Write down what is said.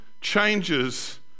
changes